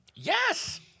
Yes